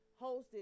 hosted